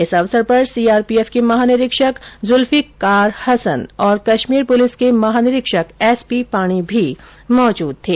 इस अवसर पर सीआरपीएफ के महानिरीक्षक जुल्फीकार हसन और कश्मीर पुलिस के महानिरीक्षक एस पी पाणी भी मौजूद थे